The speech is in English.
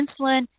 insulin